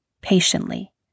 patiently